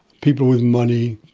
people with money,